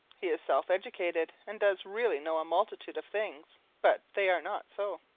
he is self-educated, and does really know a multitude of things, but they are not so.